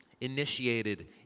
initiated